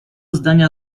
zdania